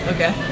Okay